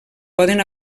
poden